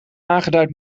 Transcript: aangeduid